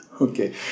Okay